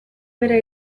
bera